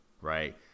right